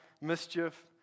mischief